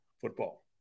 football